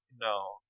no